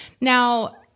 Now